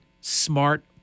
smart